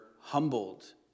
humbled